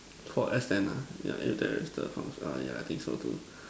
for S ten ah ya if there is the func~ uh ya I think so too